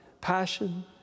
passion